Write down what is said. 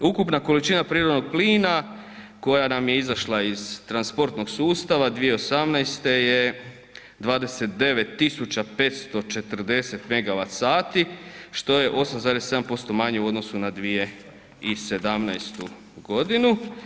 Ukupna količina prirodnog plina koja nam je izašla iz transportnog sustava 2018. je 29.540 MWh sati što je 8,7% u odnosu na 2017. godinu.